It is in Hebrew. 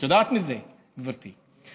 את יודעת מזה, גברתי.